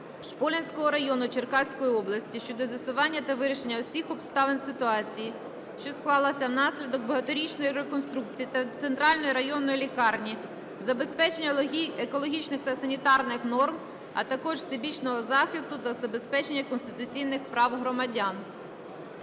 Шполянського району Черкаської області щодо з'ясування та вирішення усіх обставин ситуації, що склалася внаслідок багаторічної реконструкції центральної районної лікарні, забезпечення екологічних та санітарних норм, а також всебічного захисту та забезпечення конституційних прав громадян.